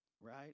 Right